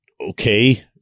Okay